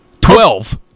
Twelve